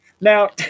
Now